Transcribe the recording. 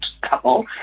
couple